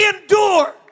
endure